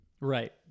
Right